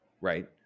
right